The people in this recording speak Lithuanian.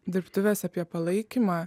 dirbtuves apie palaikymą